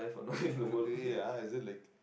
uh eh ya ah is it like